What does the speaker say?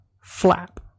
flap